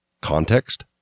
Context